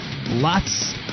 Lots